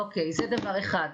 אוקי, זה דבר אחד.